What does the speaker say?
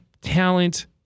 talent